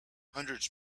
hundreds